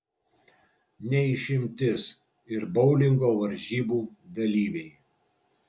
ne išimtis ir boulingo varžybų dalyviai